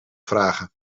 vragen